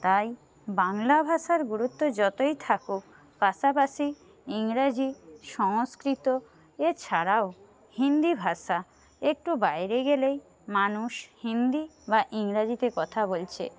তাই বাংলা ভাষার গুরুত্ব যতই থাকুক পাশাপাশি ইংরাজি সংস্কৃত এছাড়াও হিন্দি ভাষা একটু বাইরে গেলেই মানুষ হিন্দি বা ইংরাজিতে কথা বলছে